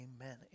Amen